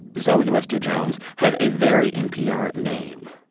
zoe lister-jones, have a very npr name